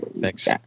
thanks